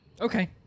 Okay